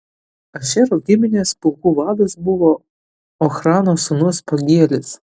ašero giminės pulkų vadas buvo ochrano sūnus pagielis